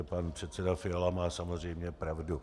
Pan předseda Fiala má samozřejmě pravdu.